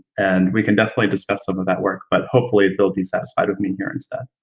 and we can definitely discuss some of that work, but hopefully they'll be satisfied with me here instead.